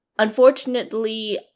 Unfortunately